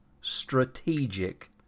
strategic